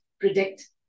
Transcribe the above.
predict